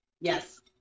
Yes